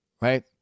right